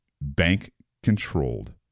bank-controlled